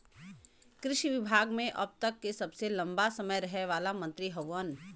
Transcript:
कृषि विभाग मे अब तक के सबसे लंबा समय रहे वाला मंत्री हउवन